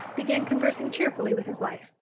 began conversing cheerfully with his wife,